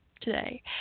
today